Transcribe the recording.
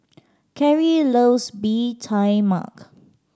Carrie loves Bee Tai Mak